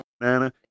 Nana